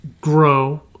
grow